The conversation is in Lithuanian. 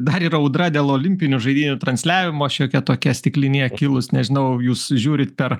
dar ir audra dėl olimpinių žaidynių transliavimo šiokia tokia stiklinėje kilus nežinau jūs žiūrit per